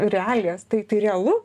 realijas tai tai realu